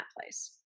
place